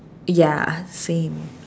ya same